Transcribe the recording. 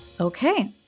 Okay